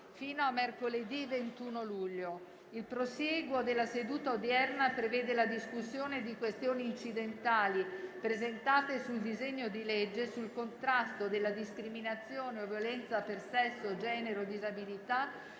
fino a mercoledì 21 luglio. Il prosieguo della seduta odierna prevede la discussione di questioni incidentali presentate sul disegno di legge sul contrasto della discriminazione o violenza per sesso, genere o disabilità,